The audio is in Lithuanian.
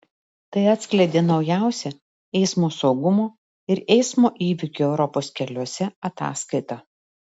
tai atskleidė naujausia eismo saugumo ir eismo įvykių europos keliuose ataskaita